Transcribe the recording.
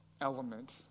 element